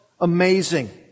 amazing